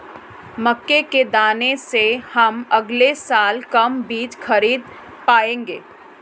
मक्के के दाने से हम अगले साल कम बीज खरीद पाएंगे